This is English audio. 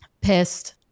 Pissed